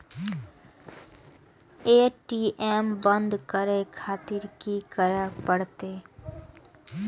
ATM बंद करें खातिर की करें परतें?